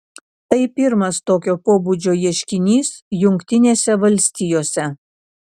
tai pirmas tokio pobūdžio ieškinys jungtinėse valstijose